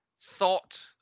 thought